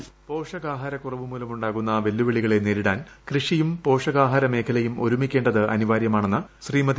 voice പോഷകാഹാരക്കുറവ് മൂലമുണ്ടാകുന്ന വെല്ലുവിളികളെ നേരിടാൻ കൃഷിയും പോഷകാഹാരമേഖലയും ഒരുമിക്കേണ്ടത് അനിവാര്യമാ ണെന്ന് ശ്രീമതി